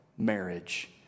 Marriage